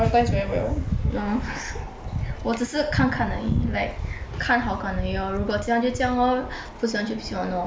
mm 我只是看看而已 like 看好看而已哦如果这样就这样哦不喜欢就不喜欢哦 like that lor